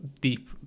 deep